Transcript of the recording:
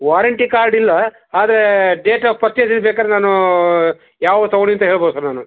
warranty card ಇಲ್ಲ ಆದರೆ date of ಪರ್ಚೇಸಿದ್ದು ಬೇಕಾದರೆ ನಾನು ಯಾವಾಗ ತೊಗೊಂಡಿದ್ದು ಅಂತ ಹೇಳ್ಬೋದು ಸರ್ ನಾನು